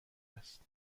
است